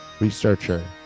researcher